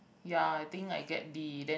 ya I think I get D then